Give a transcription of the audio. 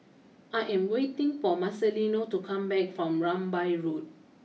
I am waiting for Marcelino to come back from Rambai Road